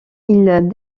ils